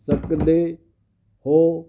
ਸਕਦੇ ਹੋ